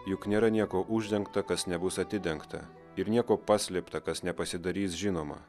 juk nėra nieko uždengta kas nebus atidengta ir nieko paslėpta kas nepasidarys žinoma